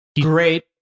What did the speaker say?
Great